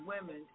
women